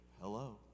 Hello